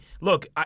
Look